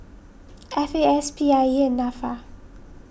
F A S P I E and Nafa